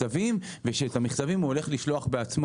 עד שיום אחד הדבר הזה התחיל להפסיק.